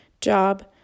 job